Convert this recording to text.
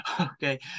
Okay